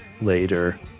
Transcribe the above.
later